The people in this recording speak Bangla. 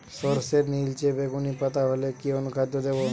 সরর্ষের নিলচে বেগুনি পাতা হলে কি অনুখাদ্য দেবো?